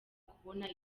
kubona